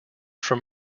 from